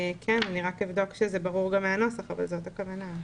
אני רק אבדוק שזה ברור גם מהנוסח אבל זאת הכוונה.